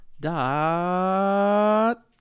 dot